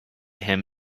him